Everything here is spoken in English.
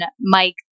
Mike